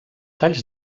talls